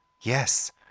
Yes